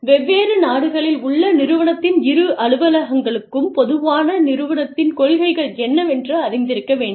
வெவ்வேறு நாடுகளில் உள்ள நிறுவனத்தின் இரு அலுவலகங்களுக்கும் பொதுவான நிறுவனத்தின் கொள்கைகள் என்னவென்று அறிந்திருக்க வேண்டும்